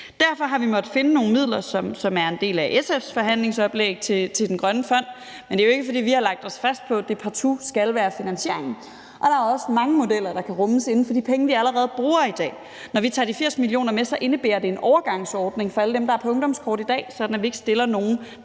Derfor har vi måttet finde nogle midler, som er en del af SF's forhandlingsoplæg til den grønne fond, men det er jo ikke, fordi vi har lagt os fast på, at det partout skal være finansieringen, og der er også mange modeller, der kan rummes inden for de penge, vi allerede bruger i dag. Når vi tager de 80 mio. kr. med, indebærer det en overgangsordning for alle dem, der er på ungdomskort i dag, sådan at vi ikke stiller nogen,